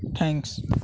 thanks